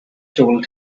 told